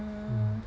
hmm